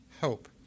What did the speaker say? hope